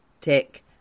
tick